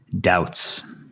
doubts